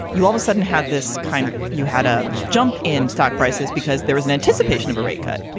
you all of a sudden had this kind of you had a jump in stock prices because there was an anticipation of a rate cut.